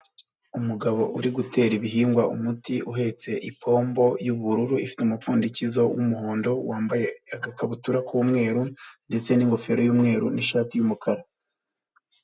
Umugabo uri gutera ibihingwa umuti uhetse ipombo y'ubururu ifite umupfundikizo w'umuhondo, wambaye agakabutura k'umweru ndetse n'ingofero y'umweru n'ishati y'umukara.